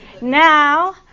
Now